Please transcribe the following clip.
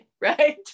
right